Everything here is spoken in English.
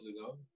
ago